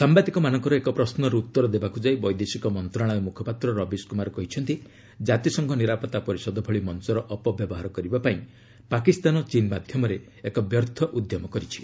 ସାମ୍ବାଦିକମାନଙ୍କର ଏକ ପ୍ରଶ୍ନର ଉତ୍ତର ଦେବାକୁ ଯାଇ ବୈଦେଶିକ ମନ୍ତ୍ରଣାଳୟ ମୁଖପାତ୍ର ରବିଶ କୁମାର କହିଛନ୍ତି କାତିସଂଘ ନିରାପତ୍ତା ପରିଷଦ ଭଳି ମଞ୍ଚର ଅପବ୍ୟବହାର କରିବା ପାଇଁ ପାକିସ୍ତାନ ଚୀନ୍ ମାଧ୍ୟମରେ ଏକ ବ୍ୟର୍ଥ ଉଦ୍ୟମ କରିଛି